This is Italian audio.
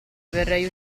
verrei